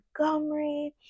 montgomery